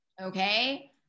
okay